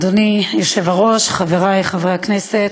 אדוני היושב-ראש, חברי חברי הכנסת,